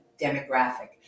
demographic